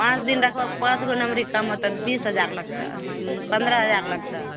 पाँच दिन देखबऽ पाँच गो नमरी कम होतो बीस हजार लगतो पन्द्रह हजार लगतऽ